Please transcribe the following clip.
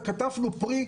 וקטפנו פרי,